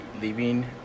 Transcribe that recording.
leaving